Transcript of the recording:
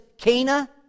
Cana